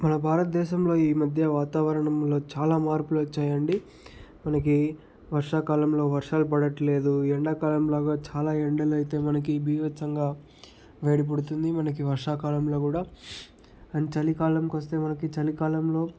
మన భారతదేశంలో ఈ మధ్యన వాతావరణంలో చాలా మార్పులు వచ్చాయండి మనకి వర్షాకాలంలో వర్షాలు పడట్లేదు ఎండాకాలంలో చాలా ఎండలు అయితే మనకి బీభత్సముగా వేడి పుడుతుంది మనకి వర్షాకాలంలో కూడా అండ్ చలికాలంకి వస్తే మనకి చలికాలంలో